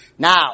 Now